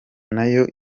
nayo